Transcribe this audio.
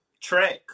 track